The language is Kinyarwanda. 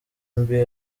mbi